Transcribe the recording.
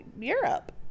Europe